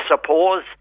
suppose